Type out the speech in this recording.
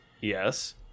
Yes